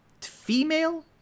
female